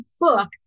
book